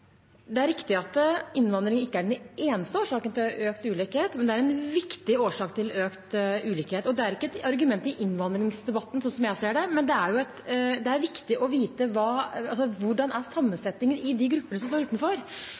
Det er riktig at innvandring ikke er den eneste årsaken til økt ulikhet, men det er en viktig årsak til økt ulikhet. Det er ikke et argument i innvandringsdebatten, slik jeg ser det, men det er viktig å vite hvordan sammensetningen er i de gruppene som står utenfor.